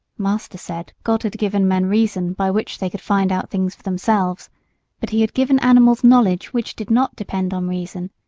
master said, god had given men reason, by which they could find out things for themselves but he had given animals knowledge which did not depend on reason,